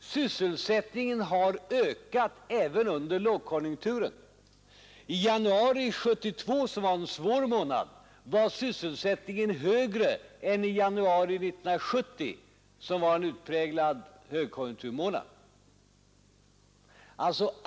sysselsättningen har ökat även under lågkonjunkturen. I januari 1972, som var en svår månad, var sysselsättningen högre än i januari 1970, som var en utpräglad högkonjunk turmånad.